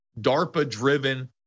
DARPA-driven